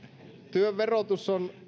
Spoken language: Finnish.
työn verotus on